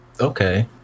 Okay